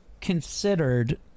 considered